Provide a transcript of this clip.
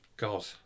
God